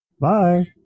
Bye